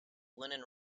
linen